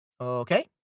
Okay